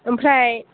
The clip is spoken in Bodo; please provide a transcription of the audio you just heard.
ओमफ्राय